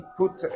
put